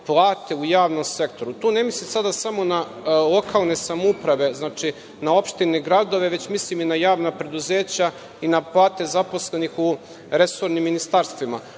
plate u javnom sektoru. Tu ne mislim sada samo na lokalne samouprave, na opštine i gradove, već mislim i na javna preduzeća i na plate zaposlenih u resornim ministarstvima.